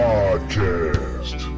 Podcast